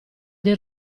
dei